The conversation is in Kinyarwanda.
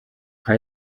nka